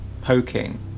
poking